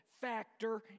factor